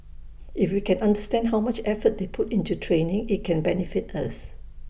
if we can understand how much effort they put into training IT can benefit us